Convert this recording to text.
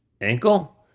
ankle